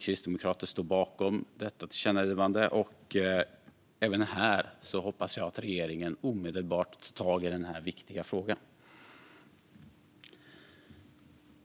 Kristdemokraterna står bakom detta tillkännagivande, och jag hoppas att regeringen omedelbart tar tag i även denna viktiga fråga.